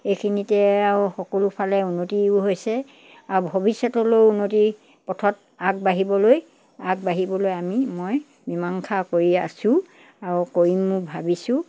এইখিনিতে আৰু সকলোফালে উন্নতিও হৈছে আৰু ভৱিষ্যতলৈয়ো উন্নতি পথত আগবাঢ়িবলৈ আগবাঢ়িবলৈ আমি মই মীমাংসা কৰি আছোঁ আৰু কৰিমো ভাবিছোঁ